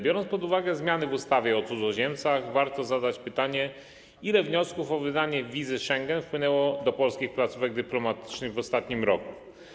Biorąc pod uwagę zmiany w ustawie o cudzoziemcach, warto zadać pytanie: Ile wniosków o wydanie wizy Schengen wpłynęło do polskich placówek dyplomatycznych w ostatnim roku?